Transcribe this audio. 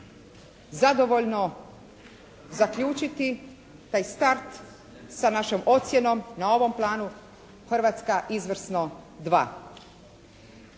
zadovoljno zaključiti taj start sa našom ocjenom na ovom planu Hrvatska izvrsno 2.